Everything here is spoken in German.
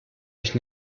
ich